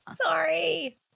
sorry